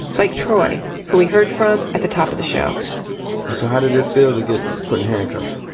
like troy, who we heard from at the top of the show and so how did it feel to get put in handcuffs?